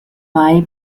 mai